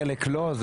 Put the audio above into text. חלק לא.